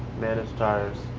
manage tires.